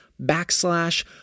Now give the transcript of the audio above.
backslash